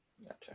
Gotcha